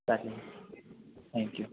चालेल थँक्यू